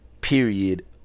period